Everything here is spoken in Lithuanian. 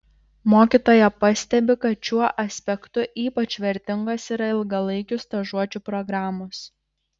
mokytoja pastebi kad šiuo aspektu ypač vertingos yra ilgalaikių stažuočių programos